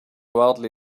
wildly